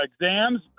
exams